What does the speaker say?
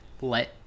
let